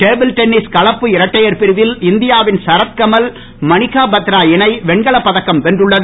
table tennis கலப்பு இரட்டையர் பிரிவில் இந்தியாவின் சரத்கமல் மணிக்கா பத்ரா இணை வெண்கலப் பதக்கம் வென்றது